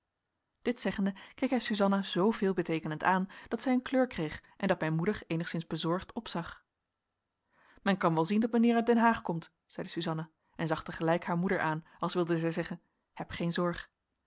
dit zeggende keek hij suzanna zoo veelbeteekenend aan dat zij een kleur kreeg en dat mijn moeder enigszins bezorgd opzag men kan wel zien dat mijnheer uit den haag komt zeide suzanna en zag te gelijk haar moeder aan als wilde zij zeggen heb geen zorg